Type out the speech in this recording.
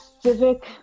civic